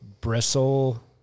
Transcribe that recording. bristle